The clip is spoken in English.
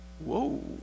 whoa